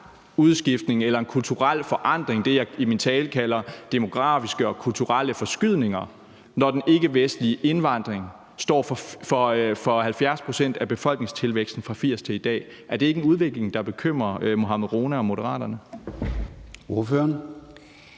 udskiftning eller en kulturel forandring – det, jeg i min tale kalder demografiske og kulturelle forskydninger – når den ikkevestlige indvandring står for 70 pct. af befolkningstilvæksten fra 1980 til i dag. Er det ikke en udvikling, der bekymrer hr. Mohammad Rona og Moderaterne?